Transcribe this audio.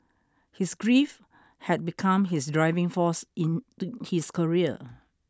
his grief had become his driving force in his career